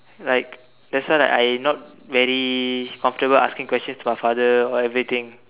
like that's why like I not very comfortable asking questions to father or everything